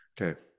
Okay